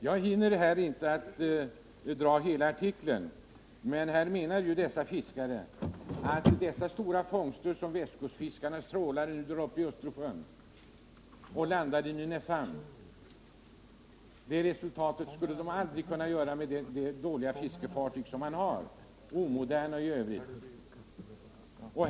Jag hinner inte referera hela artikeln, men i 10 maj 1978 korthet sägs att så stora fångster som västkustfiskarna med sina stora trålare drar upp i Östersjön skulle ostkustfiskarna aldrig kunna få med de dåliga och Riktlinjer för fiskeomoderna fiskefartyg som de har.